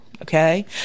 okay